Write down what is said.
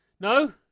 No